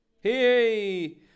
Hey